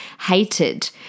hated